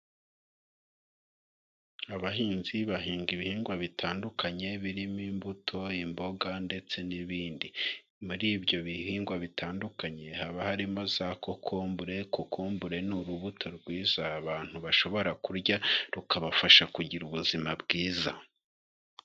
Abahinzi bahinga ibihingwa bitandukanye, birimo imbuto imboga ndetse n'ibindi, muri ibyo bihingwa bitandukanye haba harimo za kokombure, kokumbure ni urubuto rwiza abantu bashobora kurya rukabafasha kugira ubuzima bwiza.